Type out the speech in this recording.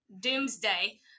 doomsday